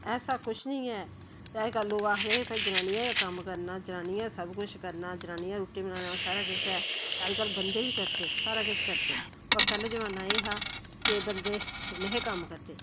ऐसा कुछ निं ऐ ते अज्जकल लोक आखदे भाई जनानियां गै कम्म करना जनानियें गै सब कुछ करना जनानियें गै रुट्टी बनाना सारा किश ऐ अज्जकल बंदे बी करदे सारा किश करदे पर पैह्ले जमान्ना एह् हा के बंदे नेहे कम्म करदे